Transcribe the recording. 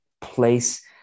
place